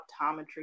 optometry